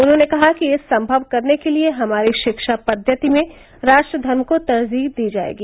उन्होंने कहा कि यह सम्मव करने के लिये हमारी शिक्षा पद्वति में राष्ट्रधर्म को तरजीह दी जायेगी